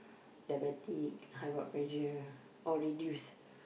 diabetic high blood pressure or reduce